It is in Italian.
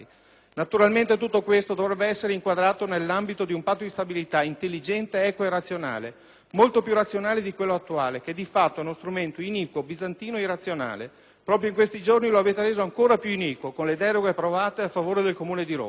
Naturalmente tutto questo dovrebbe essere inquadrato nell'ambito di un Patto di stabilità intelligente, equo e razionale. Molto più razionale di quello attuale, che di fatto è uno strumento iniquo, bizantino e irrazionale. Proprio in questi giorni lo avete reso ancora più iniquo con le deroghe approvate a favore del Comune di Roma.